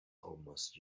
almost